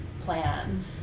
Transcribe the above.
plan